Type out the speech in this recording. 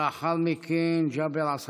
בבקשה, ולאחר מכן, ג'אבר עסאקלה.